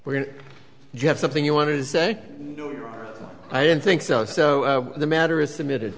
where do you have something you want to say i don't think so so the matter is submitted